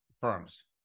firms